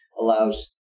allows